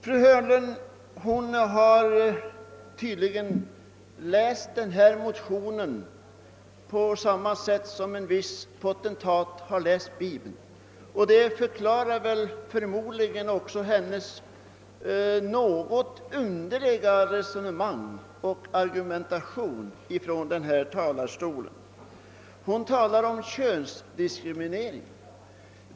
Fru Hörnlund har tydligen läst denna motion på samma sätt som en viss potentat läser Bibeln. Detta förklarar förmodligen också hennes något underliga resonemang och argumentation från denna talarstol. Hon talar om könsdiskriminering.